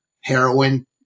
heroin